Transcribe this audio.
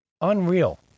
Unreal